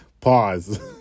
pause